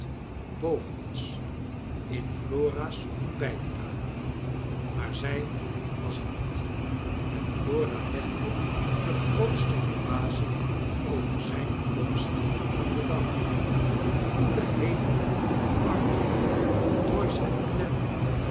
boven was in flora's ontbijtkamer maar zij was er niet en flora legde de grootste verbazing over zijn komst aan den dag goedc kernel arthur doyce en